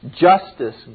justice